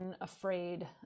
afraid